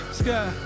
sky